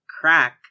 crack